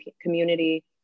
community